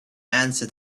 answer